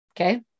okay